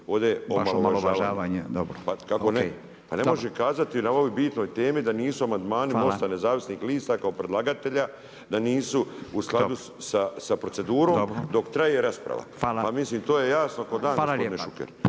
Pa ne može kazati na ovoj bitnoj temi da nisu amandmani MOST-a nezavisnih lista kao predlagatelja da nisu u skladu sa procedurom dok traje rasprava. PA mislim to je jasno ko dan, gospodin Šuker.